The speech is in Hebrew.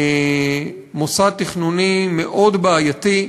מוסד תכנוני מאוד בעייתי,